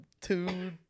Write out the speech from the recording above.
two